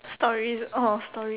story oh story